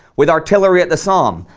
with artillery at the somme,